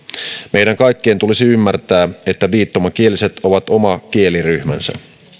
meidän kaikkien tulisi ymmärtää että viittomakieliset ovat oma kieliryhmänsä